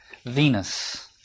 Venus